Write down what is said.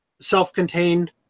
self-contained